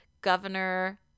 Governor